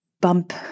bump